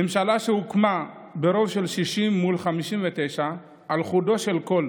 ממשלה שהוקמה ברוב של 60 מול 59, על חודו של קול,